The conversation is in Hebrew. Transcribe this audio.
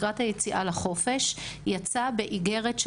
לקראת היציאה לחופש יצא באיגרת של